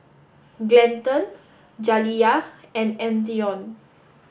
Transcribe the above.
Glendon Jaliyah and Antione